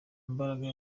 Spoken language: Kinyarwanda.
mbaraga